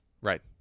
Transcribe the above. Right